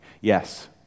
Yes